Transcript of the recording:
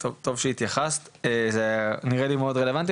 טוב שהתייחסת, זה נראה לי מאוד רלוונטי.